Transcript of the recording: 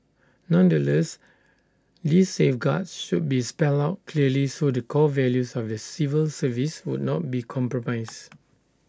nonetheless these safeguards should be spelled out clearly so the core values of the civil service would not be compromised